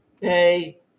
pay